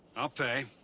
i'll pay.